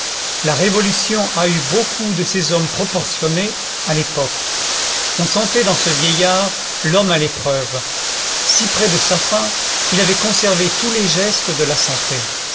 la révolution a eu beaucoup de ces hommes proportionnés à l'époque on sentait dans ce vieillard l'homme à l'épreuve si près de sa fin il avait conservé tous les gestes de la santé